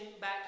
back